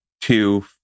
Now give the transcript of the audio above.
two